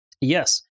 Yes